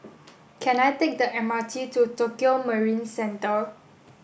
can I take the M R T to Tokio Marine Centre